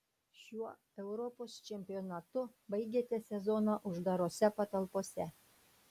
šiuo europos čempionatu baigėte sezoną uždarose patalpose